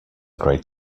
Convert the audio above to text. great